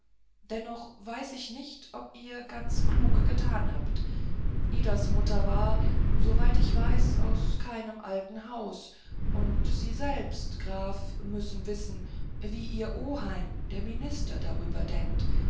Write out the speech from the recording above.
dennoch weiß ich nicht ob ihr ganz klug getan habt idas mutter war soviel ich weiß aus keinem alten haus und sie selbst graf müssen wissen wie ihr oheim der minister darüber denkt